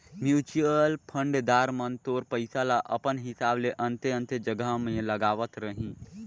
mutual fund दार मन तोर पइसा ल अपन हिसाब ले अन्ते अन्ते जगहा में लगावत रहीं